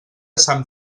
sant